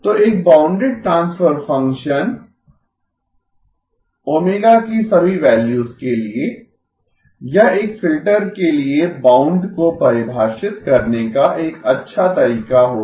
तो एक bounded transfer function ω की सभी वैल्यूज के लिए यह एक फिल्टर के लिए बाउंड को परिभाषित करने का एक अच्छा तरीका होगा